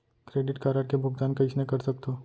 Credit card के भुगतान कइसने कर सकथो?